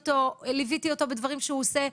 ליוויתי אותו בדברים שהוא עושה,